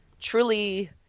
truly